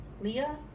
Leah